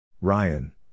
Ryan